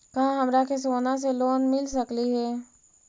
का हमरा के सोना से लोन मिल सकली हे?